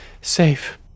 safe